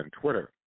Twitter